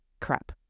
Crap